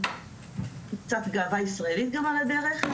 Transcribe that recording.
קצת גאווה ישראלית על הדרך,